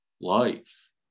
life